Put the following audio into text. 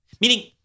meaning